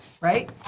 right